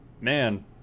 Man